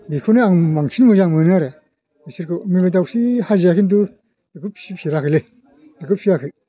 बेखौनो आं बांसिन मोजां मोनो आरो बिसोरखौ नैबे दावस्रि हाजिआ खिन्थु बिखौ फिसिफेराखैलै बेखौ फिसियाखै